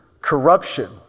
corruption